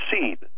seed